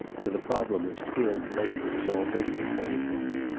for the problem of skilled labor was already a grave one.